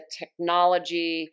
technology